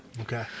Okay